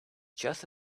just